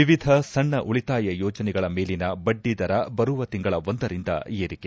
ವಿವಿಧ ಸಣ್ಣ ಉಳಿತಾಯ ಯೋಜನೆಗಳ ಮೇಲಿನ ಬಡ್ಡಿ ದರ ಬರುವ ತಿಂಗಳ ಒಂದರಿಂದ ಏರಿಕೆ